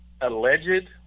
alleged